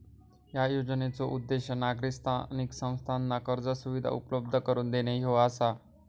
या योजनेचो उद्देश नागरी स्थानिक संस्थांना कर्ज सुविधा उपलब्ध करून देणे ह्यो आसा